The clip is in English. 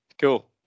Cool